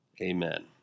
Amen